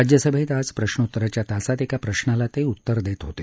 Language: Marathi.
राज्यसभेत आज प्रश्रोत्तराच्या तासात एका प्रश्राला ते उत्तर देत होते